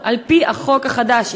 על-פי החוק החדש,